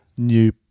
New